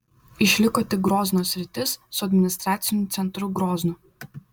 išliko tik grozno sritis su administraciniu centru groznu